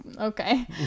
Okay